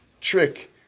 trick